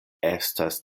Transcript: estas